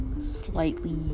slightly